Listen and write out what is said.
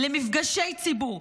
למפגשי ציבור.